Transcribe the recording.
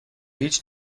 هیچ